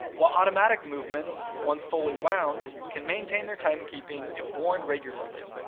while automatic movements, once fully wound can maintain their time keeping if worn regularly.